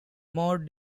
more